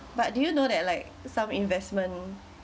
but do you know that like some investment